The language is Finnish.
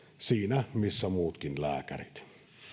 siinä missä muutkin lääkärit